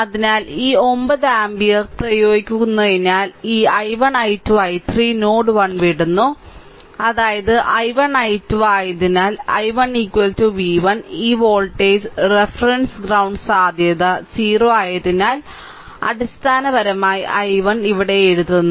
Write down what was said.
അതിനാൽ ഈ 9 ആമ്പിയർ പ്രയോഗിക്കുന്നതിനാൽ ഈ i1 i2 i3 നോഡ് 1 വിടുന്നു അതായത് i1 i2 അതിനാൽ i1 v1 ഈ വോൾട്ടേജ് റഫറൻസ് ഗ്രൌണ്ട് സാധ്യത 0 ആയതിനാൽ അടിസ്ഥാനപരമായി i1 ഇവിടെ എഴുതുന്നു